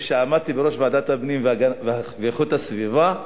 כשעמדתי בראש ועדת הפנים ואיכות הסביבה,